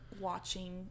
watching